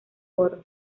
oro